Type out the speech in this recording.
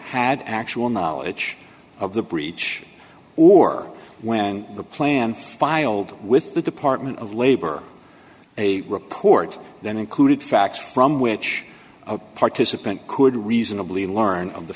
had actual knowledge of the breach or when the plan filed with the department of labor a report then included facts from which participant could reasonably learn of the